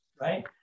right